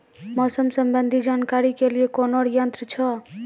मौसम संबंधी जानकारी ले के लिए कोनोर यन्त्र छ?